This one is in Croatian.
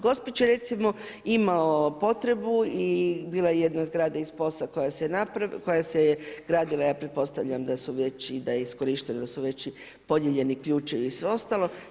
Gospić je recimo imao potrebu i bila je jedna zgrada iz POS-a koja se je gradila ja pretpostavljam da su već i da je iskorišteno i da su već podijeljeni ključevi i sve ostalo.